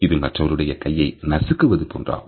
இது மற்றவருடைய கையை நசுக்குவது போன்றாகும்